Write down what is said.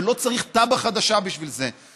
ולא צריך תב"ע חדשה בשביל זה.